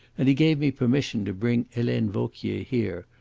and he gave me permission to bring helene vauquier here,